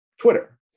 Twitter